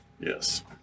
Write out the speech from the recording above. Yes